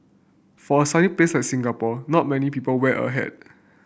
for a sunny place like Singapore not many people wear a hat